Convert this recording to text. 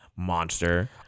monster